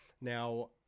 Now